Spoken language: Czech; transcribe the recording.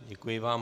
Děkuji vám.